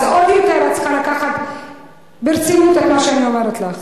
אז עוד יותר את צריכה לקחת ברצינות את מה שאני אומרת לך: